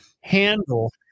handle